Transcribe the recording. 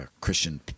Christian